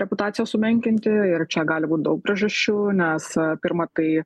reputaciją sumenkinti ir čia gali būt daug priežasčių nes pirma tai